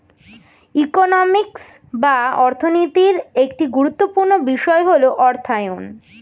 economics বা অর্থনীতির একটি গুরুত্বপূর্ণ বিষয় হল অর্থায়ন